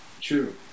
True